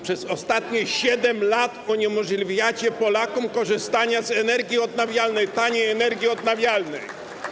Przez ostatnie 7 lat uniemożliwiacie Polakom korzystanie z energii odnawialnej, taniej energii odnawialnej.